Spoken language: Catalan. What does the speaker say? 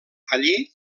allí